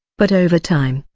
but over time,